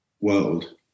world